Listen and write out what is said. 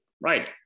Right